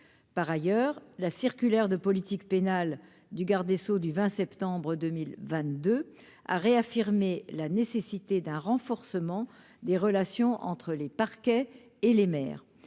par ailleurs, la circulaire de politique pénale du garde des Sceaux, du 20 septembre 2022 a réaffirmé la nécessité d'un renforcement des relations entre les parquets et les maires,